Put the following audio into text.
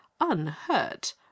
unhurt